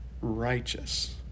righteous